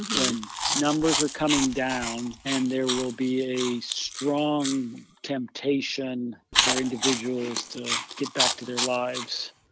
when numbers are coming down, and there will be a strong temptation for individuals to get back to their lives,